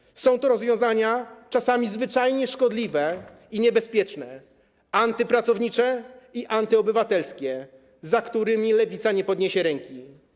Czasami są to rozwiązania zwyczajnie szkodliwe i niebezpieczne, antypracownicze i antyobywatelskie, za którymi Lewica nie podniesie ręki.